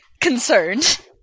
concerned